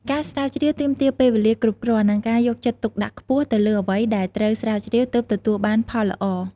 ការស្រាវជ្រាវទាមទារពេលវេលាគ្រប់គ្រាន់ និងការយកចិត្តទុកដាក់ខ្ពស់ទៅលើអ្វីដែលត្រូវស្រាវជ្រាវទើបទទួលបានផលល្អ។